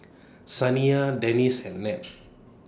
Saniyah Denise and Ned